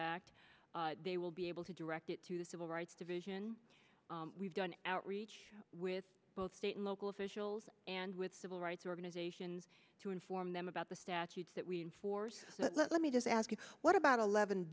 act they will be able to direct it to the civil rights division we've done outreach with both state and local officials and with civil rights organizations to inform them about the statutes that we enforce but let me just ask you what about eleven